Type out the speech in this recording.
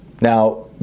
Now